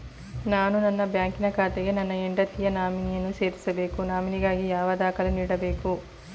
ನಾನು ನನ್ನ ಬ್ಯಾಂಕಿನ ಖಾತೆಗೆ ನನ್ನ ಹೆಂಡತಿಯ ನಾಮಿನಿಯನ್ನು ಸೇರಿಸಬೇಕು ನಾಮಿನಿಗಾಗಿ ಯಾವ ದಾಖಲೆ ನೀಡಬೇಕು?